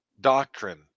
doctrine